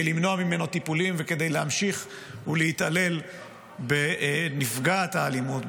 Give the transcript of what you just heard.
למנוע ממנו טיפולים וכדי להמשיך ולהתעלל בנפגעת האלימות,